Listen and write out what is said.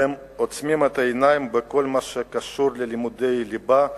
והם עוצמים את העיניים בכל מה שקשור ללימודי ליבה,